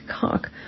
cock